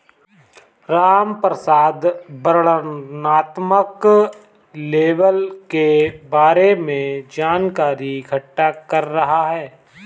रामप्रसाद वर्णनात्मक लेबल के बारे में जानकारी इकट्ठा कर रहा है